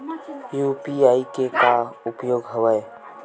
UPI के का उपयोग हवय?